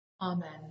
amen